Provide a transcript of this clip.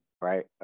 Right